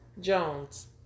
Jones